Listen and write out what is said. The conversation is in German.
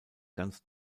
ganz